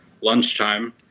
lunchtime